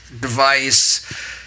device